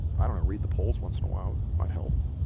i don't read the polls once in a while might help